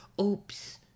oops